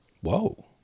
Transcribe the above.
Whoa